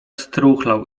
struchlał